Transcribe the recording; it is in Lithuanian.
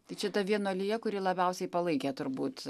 tai čia ta vienuolija kuri labiausiai palaikė turbūt